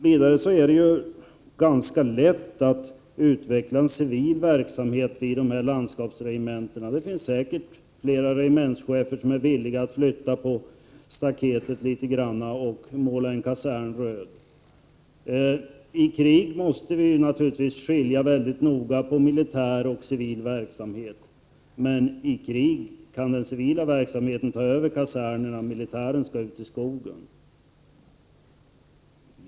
Vidare är det ganska lätt att utveckla en civil verksamhet vid landskapsregementena. Det finns säkert flera regementschefer som är villiga att flytta på staketet litet grand och måla en kasern röd. I krig måste vi naturligtvis skilja väldigt noga mellan militär och civil verksamhet, men i krig kan den civila verksamheten ta över kasernerna — militären skall ut i skogen.